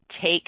take